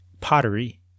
pottery